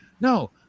no